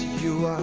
you